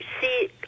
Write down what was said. see